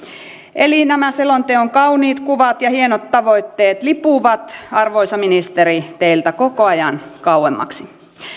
eli nämä selonteon kauniit kuvat ja hienot tavoitteet lipuvat arvoisa ministeri teiltä koko ajan kauemmaksi